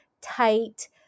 tight